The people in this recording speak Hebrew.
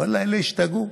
ואללה, אלה השתגעו.